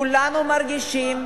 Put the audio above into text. כולנו מרגישים